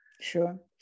Sure